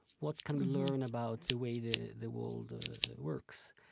what can we learn about the way the the world works?